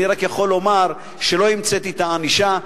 אני רק יכול לומר שלא המצאתי את הענישה,